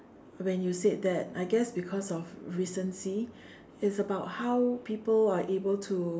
when you said that I guess because of recency it's about how people are able to